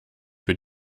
für